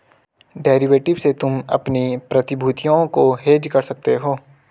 derivative से तुम अपनी प्रतिभूतियों को हेज कर सकते हो